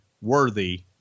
worthy